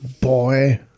boy